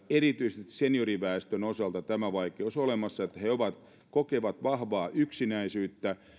erityisesti senioriväestön osalta tämä vaikeus olemassa että he kokevat vahvaa yksinäisyyttä